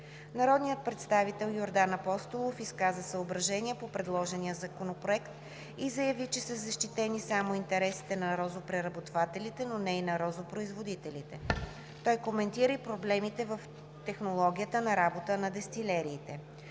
Народният представител Йордан Апостолов изказа съображения по предложения законопроект и заяви, че са защитени само интересите на розопреработвателите, но не и на розопроизводителите. Той коментира и проблемите в технологията на работа на дестилериите.